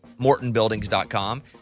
MortonBuildings.com